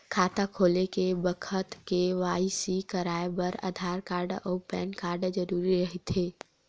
खाता खोले के बखत के.वाइ.सी कराये बर आधार कार्ड अउ पैन कार्ड जरुरी रहिथे